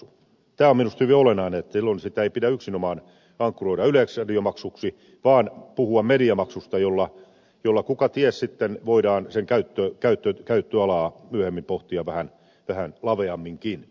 tämä on minusta hyvin olennaista että silloin sitä ei pidä yksinomaan ankkuroida yleisradiomaksuksi vaan puhua mediamaksusta ja kukaties sitten voidaan sen käyttöalaa myöhemmin pohtia vähän laveamminkin